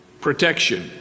Protection